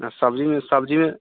सब्जीमे